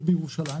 בירושלים,